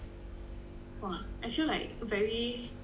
!wah! actually like very